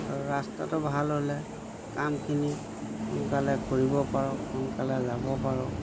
আৰু ৰাস্তাটো ভাল হ'লে কামখিনি সোনকালে কৰিব পাৰোঁ সোনকালে যাব পাৰোঁ